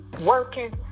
working